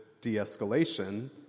de-escalation